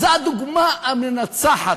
זו הדוגמה המנצחת.